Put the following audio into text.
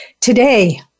Today